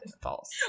False